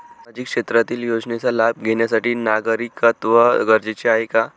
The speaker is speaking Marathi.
सामाजिक क्षेत्रातील योजनेचा लाभ घेण्यासाठी नागरिकत्व गरजेचे आहे का?